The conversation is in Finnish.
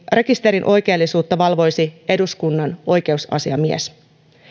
rekisterin oikeellisuutta valvoisi eduskunnan oikeusasiamies